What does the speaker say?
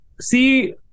see